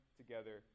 together